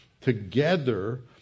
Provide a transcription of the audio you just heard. Together